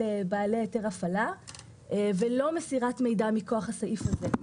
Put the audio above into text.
בעלי היתר הפעלה ולא מסירת מידע מכוח הסעיף הזה.